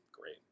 great